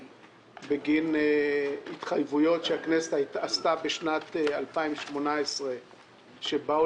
בגין התחייבויות שהכנסת התחייבה בשנת 2018 ושבאו